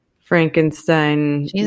Frankenstein